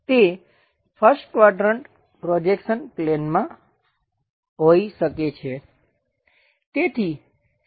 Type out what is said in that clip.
તે 1st quadrant projection પ્લેનમાં હોઈ શકે છે